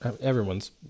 everyone's